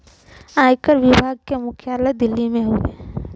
आयकर विभाग के मुख्यालय दिल्ली में हउवे